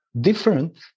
different